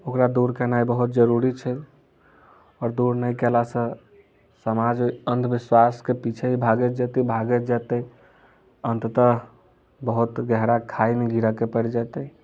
ओकरा दूर केनाइ बहोत जरुरी छै आओर दूर नहि केला सँ समाज अन्धविश्वास के पिछे ही भागैत जेतै भागैत जेतै अन्ततः बहुत गहरा खाइ मे गिरए के पैरि जेतै